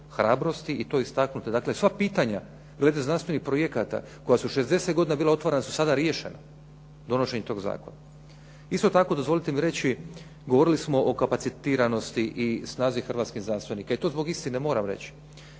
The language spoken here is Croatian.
hrabrosti i to istaknuti. Dakle sva pitanja u vezi znanstveni projekata koja su 60 godina bila otvorena su sada riješena donošenjem tog zakona. Isto tako dozvolite mi reći govorili smo o kapacitiranosti i snazi hrvatskih znanstvenika. I to zbog istine moram reći.